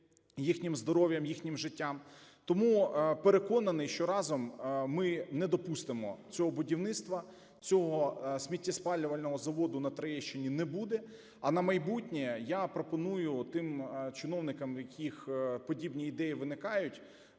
їхнім здоров'ям, їхнім життям. Тому переконаний, що разом ми не допустимо цього будівництва, цього сміттєспалювального заводу на Троєщині не буде. А на майбутнє я пропоную тим чиновникам, в яких подібні ідеї виникають,